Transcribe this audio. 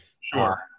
Sure